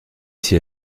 s’y